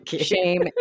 shame